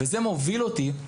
וזה מוביל אותי אל